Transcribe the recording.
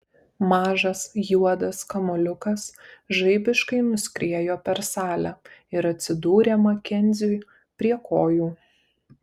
mažas juodas kamuoliukas žaibiškai nuskriejo per salę ir atsidūrė makenziui prie kojų